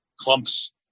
clumps